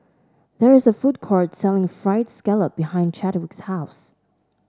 there is a food court selling fried scallop behind Chadwick's house